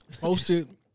posted